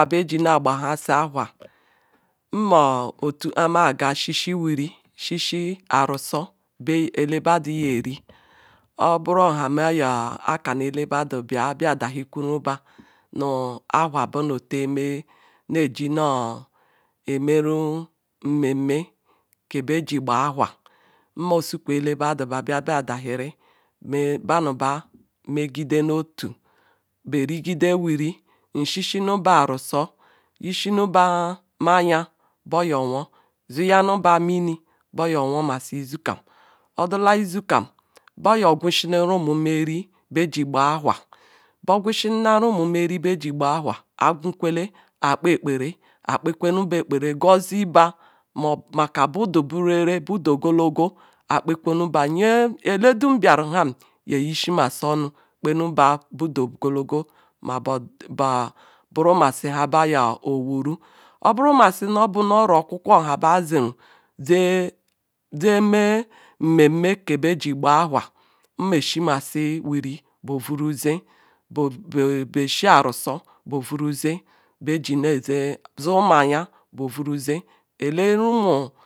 Abejinakpa hasi awha mota amaga shishie wiri shieshie arusor elebodu nyri oburu nha mekaru eleba bla dam ku nube nu owha bem tumm beji noromeru nmemme kebe jigbe awha nmosukn uzbed ke ha be dohiri bamiba mgide ru ota arigide wiri nshie shie ba aru sor zum ba meye baryorhoo zayanuba rim beryorwo masi izikiyam odala izikam borgwuzmum rumum eri biaji abaw awha buglouzi nem rumim eri baji ggbaw awha agwukede alepe ekpere akpekwenu ba elepare goziba meka budu berere, bedu ogologo akpekwenuba eledem biaru lam yeyisi masi onu kpenuba budu ogologo obaru maji nla bo gweru oburo oro okwokwo nabazeru zeme nmenme ke be cheba awh nme shie kwasiren wiri bovvuru zee, bza shie arusor borvuru zee bze zumaya borkwu zz.